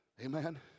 amen